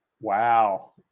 Wow